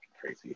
crazy